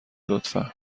لطفا